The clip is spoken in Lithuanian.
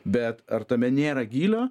bet ar tame nėra gylio